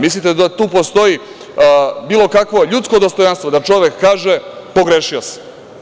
Mislite da da tu postoji bilo kakvo ljudsko dostojanstvo da čovek kaže – pogrešio sam?